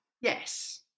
Yes